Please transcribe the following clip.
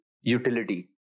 utility